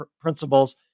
principles